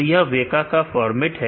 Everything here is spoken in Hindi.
तो यह वेका का फॉर्मेट है